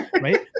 right